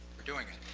we're doing it.